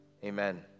Amen